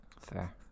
fair